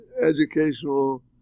educational